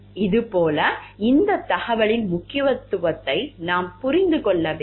இது போல இந்த தகவலின் முக்கியத்துவத்தை நாம் புரிந்து கொள்ள வேண்டும்